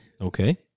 Okay